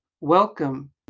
welcome